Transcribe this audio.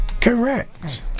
Correct